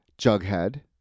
Jughead